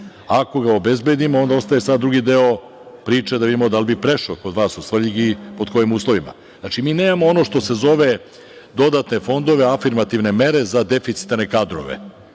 obezbedimo, sada ostaje drugi deo priče, da vidimo da li bi prešao kod vas u Svrljig, i pod kojima uslovima. Mi nemamo ono što se zove dodatne fondove, afirmativne mere za deficitarne kadrove.